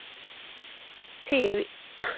ठीक ऐ भी